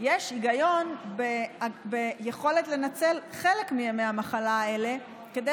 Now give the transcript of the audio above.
יש היגיון ביכולת לנצל חלק מימי המחלה האלה כדי